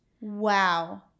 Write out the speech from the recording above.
wow